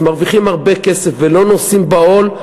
מרוויח הרבה כסף ולא נושא בעול,